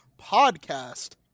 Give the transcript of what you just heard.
podcast